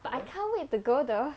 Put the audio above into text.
but I can't wait to go the